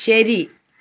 ശരി